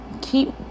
Keep